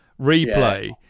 replay